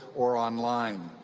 or online.